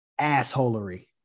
assholery